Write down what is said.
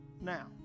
now